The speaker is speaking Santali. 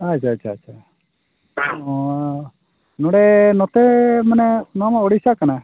ᱟᱪᱪᱷᱟ ᱟᱪᱪᱷᱟ ᱚᱻ ᱱᱚᱰᱮ ᱱᱚᱛᱮ ᱢᱟᱱᱮ ᱱᱚᱣᱟ ᱢᱟ ᱳᱰᱤᱥᱟ ᱠᱟᱱᱟ